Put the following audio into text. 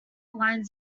line